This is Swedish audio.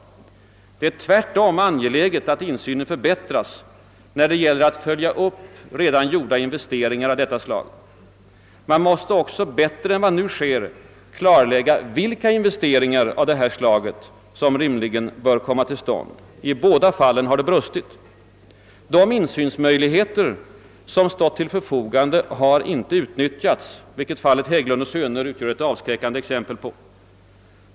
Det är tvärtom angeläget att insynen förbättras när det gäller att följa upp redan gjorda investeringar av detta slag. Man måste också bättre än som nu sker klargöra vilka investeringar av detta slag som rimligen bör komma till stånd. I båda fallen har det brustit. De insynsmöjligheter som stått till förfogande har inte utnyttjats, vilket fallet Hägglund & Söner utgör ett avskräckande exempel på.